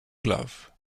glove